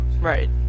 Right